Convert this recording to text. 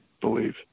believe